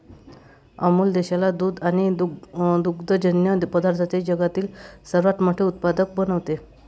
अमूल देशाला दूध आणि दुग्धजन्य पदार्थांचे जगातील सर्वात मोठे उत्पादक बनवते